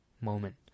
moment